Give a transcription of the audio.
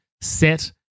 set